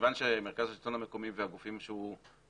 כיוון שמרכז השלטון המקומי והגופים שהוא מפעיל